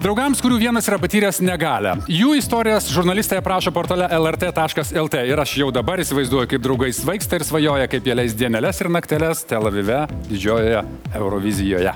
draugams kurių vienas yra patyręs negalią jų istorijas žurnalistai aprašo portale lrt taškas lt ir aš jau dabar įsivaizduoju kaip draugai svaigsta ir svajoja kaip jie leis dieneles ir nakteles tel avive didžiojoje eurovizijoje